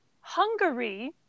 Hungary